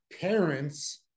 parents